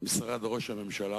משרד ראש הממשלה.